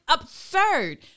absurd